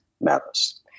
matters